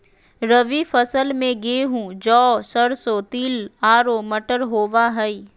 रबी फसल में गेहूं, जौ, सरसों, तिल आरो मटर होबा हइ